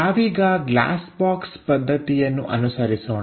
ನಾವೀಗ glass box ಪದ್ಧತಿಯನ್ನು ಅನುಸರಿಸೋಣ